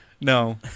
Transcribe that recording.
No